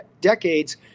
decades